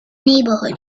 neighbourhood